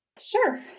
Sure